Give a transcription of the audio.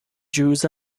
juice